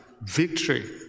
victory